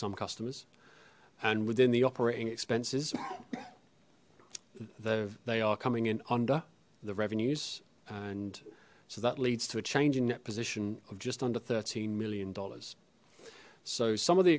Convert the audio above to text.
some customers and within the operating expenses though they are coming in under the revenues and so that leads to a change in net position of just under thirteen million dollars so some of the